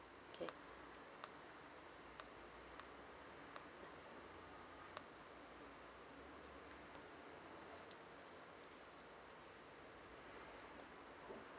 K